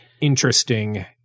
interesting